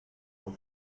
for